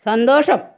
സന്തോഷം